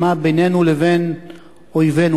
מה בינינו לבין אויבינו,